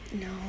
no